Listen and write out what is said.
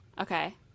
Okay